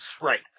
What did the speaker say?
Right